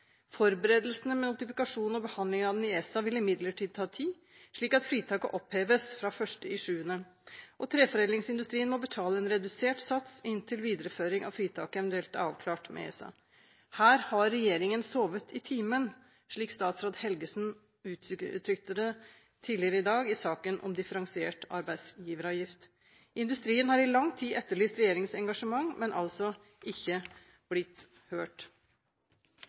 Forberedelsene med notifikasjon og behandling av den i ESA vil imidlertid ta tid, slik at fritaket oppheves fra 1. juli. Treforedlingsindustrien må betale en redusert sats inntil videreføring av fritaket eventuelt er avklart med ESA. Her har regjeringen sovet i timen, slik statsråd Helgesen uttrykte det tidligere i dag i saken om differensiert arbeidsgiveravgift. Industrien har i lang tid etterlyst regjeringens engasjement, men altså ikke blitt hørt.